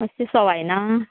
मात्शें सवाय ना